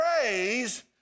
praise